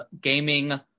gaming